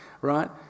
right